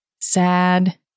sad